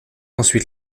ensuite